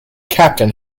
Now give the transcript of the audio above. captain